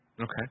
Okay